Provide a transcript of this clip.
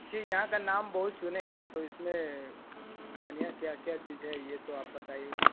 जी यहाँ का नाम बहुत सुने है तो इसमें बढ़िया क्या क्या चीज़ है यह तो आप बताइए